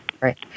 Right